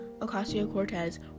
Ocasio-Cortez